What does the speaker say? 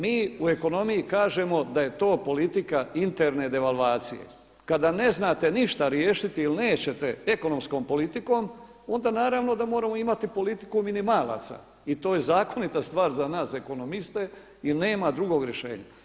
Mi u ekonomiji kažemo da je to politika interne devalvacije kada ne znate ništa riješiti ili nećete ekonomskom politikom onda naravno da moramo imati politiku minimalaca i to je zakonita stvar za nas ekonomiste jer nema drugog rješenja.